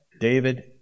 David